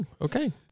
Okay